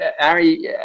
ari